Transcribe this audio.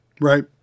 Right